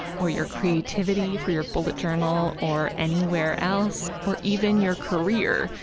or your creativity for your bullet journal or anywhere else, or even your career,